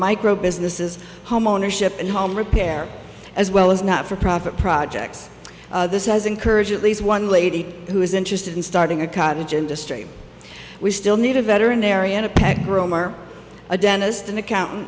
micro businesses homeownership and home repair as well as not for profit projects this has encouraged at least one lady who is interested in starting a cottage industry we still need a veterinarian a peg or a dentist an accountant